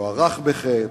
הוארך בחטא,